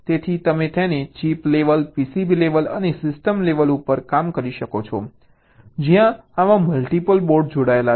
તેથી તમે તેને ચિપ લેવલ PCB લેવલ અને સિસ્ટમ લેવલ ઉપર કામ કરી શકો છો જ્યાં આવા મલ્ટીપલ બોર્ડ જોડાયેલા છે